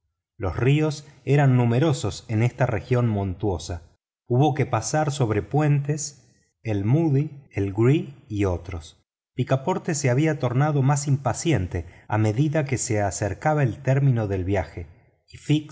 los ríos eran numerosos en esta region montuosa hubo que pasar sobre puentes el muddy el gree y otros picaporte se había tornado más impaciente a medida que se acercaba el término del viaje